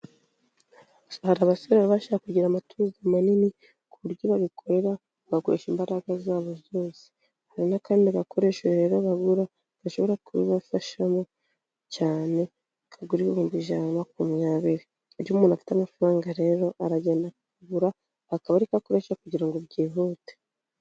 Hari abasore baba bashaka kugira amatuza manini ku buryo babikorera, bagakoresha imbaraga zabo zose; hari n'akandi gakoresho rero bagura gashobora kubibafashamo cyane kagura ibihumbi ijana na makumyabiri; iyo umuntu afite amafaranga rero aragenda akakagura, akaba ariko akoresha kugira ngo byihute.